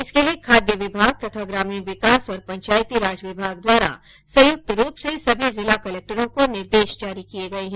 इसके लिये खाद्य विभाग तथा ग्रामीण विकास व पंचायती राज विभाग द्वारा संयुक्त रूप से सभी जिला कलक्टरों को निर्देश जारी किये गये हैं